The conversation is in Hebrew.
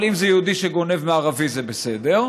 אבל אם זה יהודי שגונב מערבי זה בסדר.